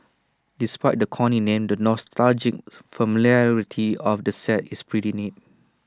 despite the corny name the nostalgic familiarity of the set is pretty neat